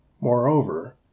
moreover